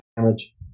damage